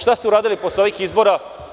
Šta ste uradili posle ovih izbora?